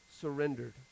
surrendered